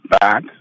back